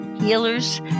healers